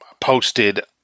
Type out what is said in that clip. posted